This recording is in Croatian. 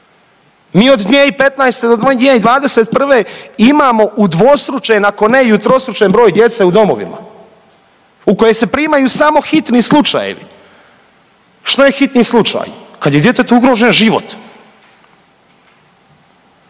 mi od 2015. do 2021. imamo udvostručen ako ne i utrostručen broj djece u domovima u koje se primaju samo hitni slučajevi. Što je hitni slučaj, kad je djetetu ugrožen život